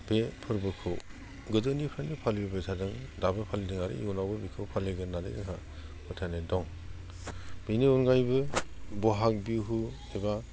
बे फोरबोखौ गोदोनिफ्रायनो फालिबोजादों दाबो फालिदों आरो इयुनावबो बेखौ फालिगोन होननानै जोंहा फोथायनाय दं बेनि अनगायैबो बहाग बिहु एबा